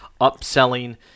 upselling